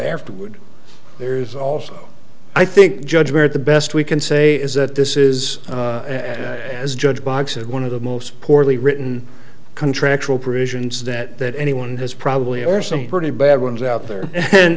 afterward there's also i think judge where the best we can say is that this is as judge boxes one of the most poorly written contractual provisions that anyone has probably or some pretty bad ones out there and